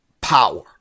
power